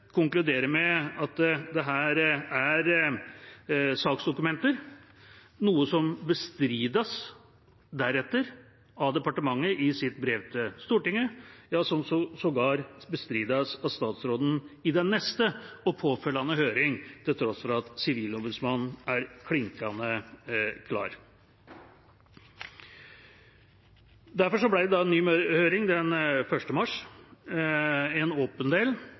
konkluderer med at dette er saksdokumenter, noe som deretter bestrides av departementet i dets brev til Stortinget, og som sågar bestrides av statsråden i den neste og påfølgende høringen, til tross for at Sivilombudsmannen er klinkende klar. Derfor ble det en ny høring den 1. mars 2018, med en åpen del